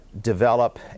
develop